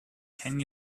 can